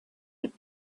had